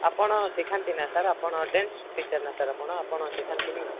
ଆପଣ ଶିଖାନ୍ତି ନା ସାର୍ ଆପଣ ଡ୍ୟାନ୍ସ ଟିଚର୍ ନା ସାର୍ ଆପଣ ଆପଣ ଶିଖାନ୍ତିନି